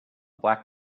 black